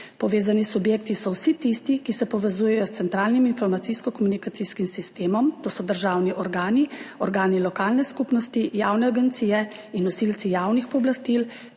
Povezani subjekti so vsi tisti, ki se povezujejo s centralnim informacijsko-komunikacijskim sistemom, to so državni organi, organi lokalne skupnosti, javne agencije in nosilci javnih pooblastil